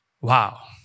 Wow